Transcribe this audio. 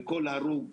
וחבל על כל הרוג.